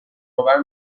آور